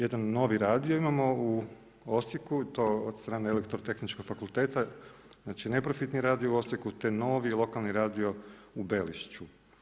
Jedan novi radio imamo u Osijeku i to od strane Elektrotehničkog fakulteta, znači neprofitni radio u Osijeku, te novi lokalni radio u Belišću.